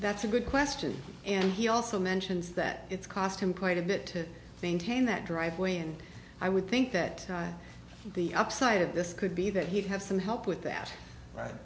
that's a good question and he also mentions that it's cost him quite a bit to think jane that driveway and i would think that the upside of this could be that he'd have some help with that right